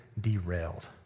derailed